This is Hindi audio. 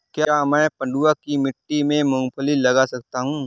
क्या मैं पडुआ की मिट्टी में मूँगफली लगा सकता हूँ?